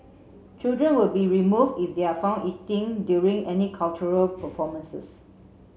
children will be remove if they are found eating during any cultural performances